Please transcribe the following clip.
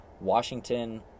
Washington